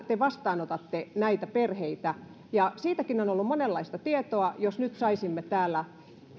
te vastaanotatte näitä perheitä siitäkin on on ollut monenlaista tietoa jos nyt saisimme täällä